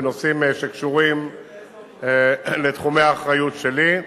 בנושאים שקשורים לתחומי האחריות שלי.